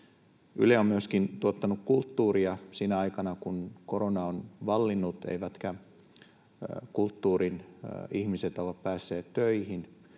Yle on myöskin tuottanut kulttuuria sinä aikana, kun korona on vallinnut eivätkä kulttuurin ihmiset ole päässeet töihin.